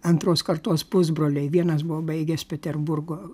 antros kartos pusbroliai vienas buvo baigęs peterburgo